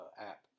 app